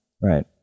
Right